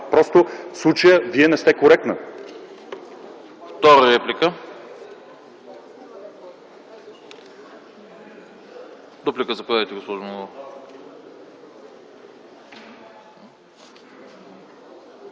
Просто в случая Вие не сте коректна.